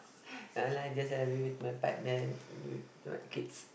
no lah just every week my partner kids